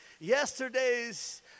Yesterday's